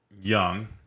young